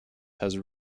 has